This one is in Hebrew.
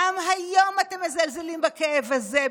גם היום אתם מזלזלים בכאב הזה.